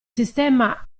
sistema